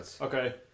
Okay